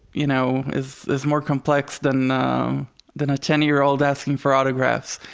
you know, is is more complex than than a ten-year-old asking for autographs,